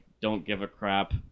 don't-give-a-crap